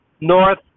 north